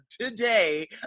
today